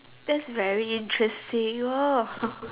that's very interesting orh